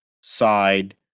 side